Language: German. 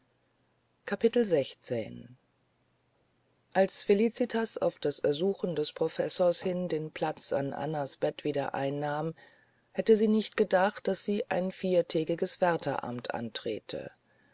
als felicitas auf das ersuchen des professors hin den platz an annas bett wieder einnahm hätte sie nicht gedacht daß sie ein viertägiges wärteramt antrete